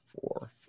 four